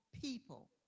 people